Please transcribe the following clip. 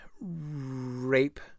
rape